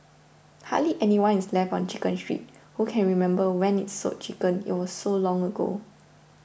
hardly anyone is left on Chicken Street who can remember when it sold chickens it was so long ago